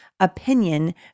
opinion